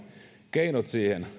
keinot